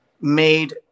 made